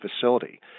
facility